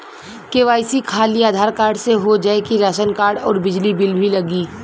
KYC खाली Aadhaar card से हो जाए कि राशन कार्ड अउर बिजली बिल भी लगी?